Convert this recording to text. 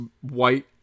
white